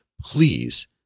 please